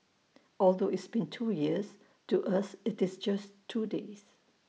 although it's been two years to us it's just two days